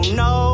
no